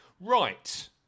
Right